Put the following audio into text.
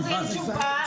האם רוצים תשובה?